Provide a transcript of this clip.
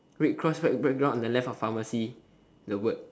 red cross white background on the left of pharmacy the word